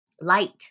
light